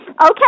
Okay